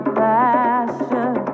passion